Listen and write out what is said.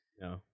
no